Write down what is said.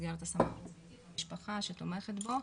והמשפחה שתומכת בו,